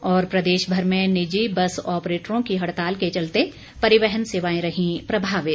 और प्रदेश भर में निजी बस ऑपरेटरों की हड़ताल के चलते परिवहन सेवाएं रही प्रभावित